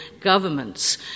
governments